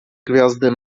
gwiazdy